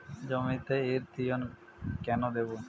জমিতে ইরথিয়ন কেন দেবো?